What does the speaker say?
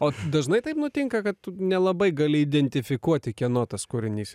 o dažnai taip nutinka kad nelabai gali identifikuoti kieno tas kūrinys